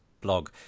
blog